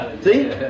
See